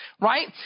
right